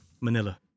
Manila